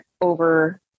over